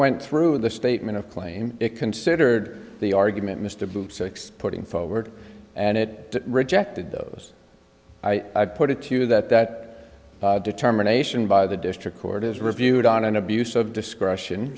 went through the statement of claim it considered the argument mr bruce putting forward and it rejected those i put it to you that that determination by the district court is reviewed on an abuse of discretion